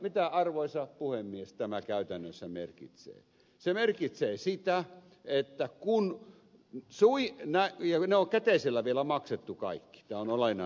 mitä arvoisa puhemies tämä käytännössä merkitsee sitä että kun mitsui enää vie menokäteisellä vielä maksettu kaikki on lainaa